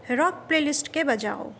rock playlist के बजाउ